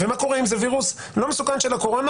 ומה קורה אם זה וירוס לא מסוכן של הקורונה?